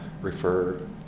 refer